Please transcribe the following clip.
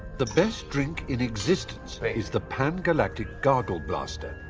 the best drink in existence is the pan galactic gargle blaster,